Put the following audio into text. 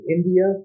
India